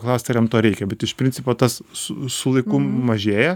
klausti ar jam to reikia bet iš principo tas su su laiku mažėja